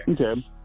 Okay